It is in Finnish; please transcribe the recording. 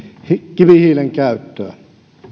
kivihiilen käyttöä